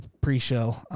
pre-show